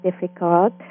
difficult